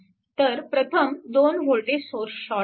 तर प्रथम 2 voltage source short करा